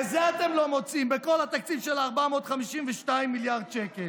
לזה אתם לא מוצאים בכל התקציב של 452 מיליארד שקל.